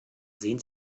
sehen